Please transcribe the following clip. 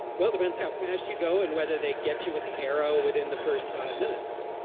well, depends how fast you go and whether they get you with the arrow within the first five minutes.